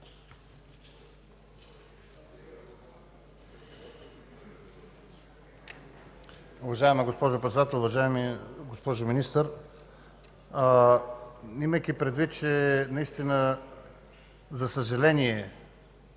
Уважаема госпожо Председател, уважаема госпожо Министър! Имайки предвид, че, наистина, за съжаление,